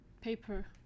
paper